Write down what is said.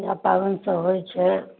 इएह पाबनि सब होइत छै